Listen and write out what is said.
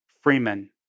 Freeman